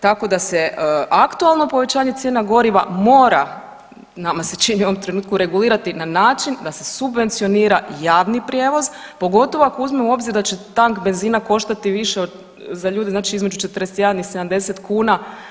Tako da se aktualno povećanje cijena goriva mora, nama se čini u ovom trenutku regulirati na način da se subvencionira javni prijevoz, pogotovo ako uzmemo u obzir da će tank benzina koštati više, znači za ljude između 41 i 70 kuna.